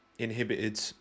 Inhibited